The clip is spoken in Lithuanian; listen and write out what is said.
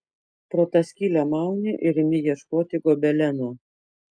pro tą skylę mauni ir imi ieškoti gobeleno